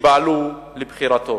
שפעלו לבחירתו.